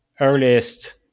earliest